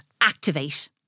Activate